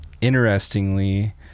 interestingly